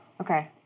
Okay